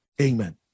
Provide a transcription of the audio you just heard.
Amen